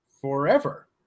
forever